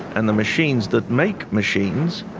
and the machines that make machines,